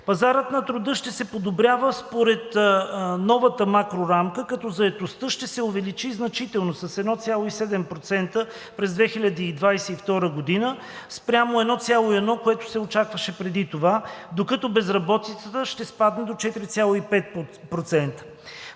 Пазарът на труда ще се подобрява според новата макрорамка, като заетостта ще се увеличи значително – с 1,7% през 2022 г. спрямо 1,1, което се очакваше преди това, докато безработицата ще спадне до 4,5%.